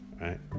right